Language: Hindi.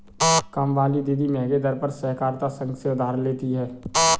कामवाली दीदी महंगे दर पर सहकारिता संघ से उधार लेती है